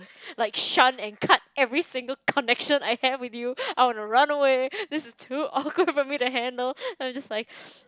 like shun and cut every single connection I have with you I will run away this is too awkward for me to handle then I'm just like